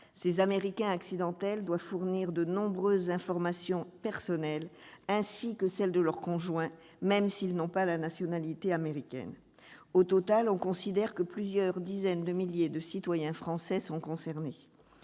ces « Américains accidentels » doivent fournir de nombreuses informations personnelles, ainsi que celles de leur conjoint, même si celui-ci n'a pas la nationalité américaine. Au total, on considère que plusieurs dizaines de milliers de citoyens français sont concernées.